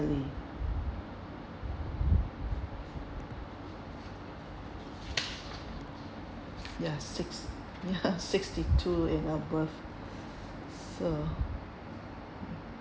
early ya six ya sixty two and above so